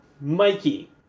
Mikey